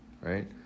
right